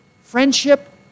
friendship